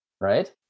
right